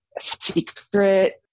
secret